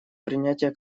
принятии